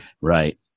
Right